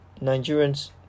Nigerians